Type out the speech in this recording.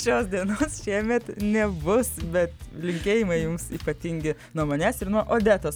šios dienos šiemet nebus bet linkėjimai jums ypatingi nuo manęs ir nuo odetos